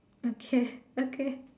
okay okay